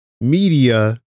media